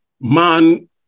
man